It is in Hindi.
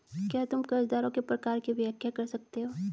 क्या तुम कर्जदारों के प्रकार की व्याख्या कर सकते हो?